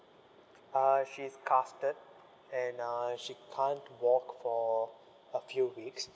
uh she's casted and uh she can't walk for a few weeks